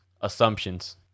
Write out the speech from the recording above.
assumptions